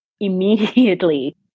immediately